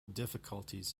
difficulties